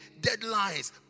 Deadlines